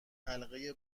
حلقه